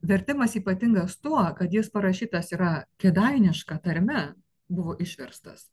vertimas ypatingas tuo kad jis parašytas yra kėdainiška tarme buvo išverstas